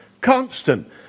Constant